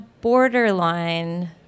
borderline